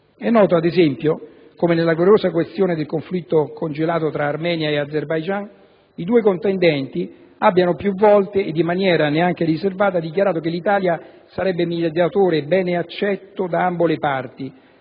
E' noto, ad esempio, come nella gravosa questione del conflitto congelato tra Armenia e Azerbaijan i due contendenti abbiano più volte ed in maniera neanche riservata dichiarato che l'Italia sarebbe un mediatore bene accettato da ambo le parti.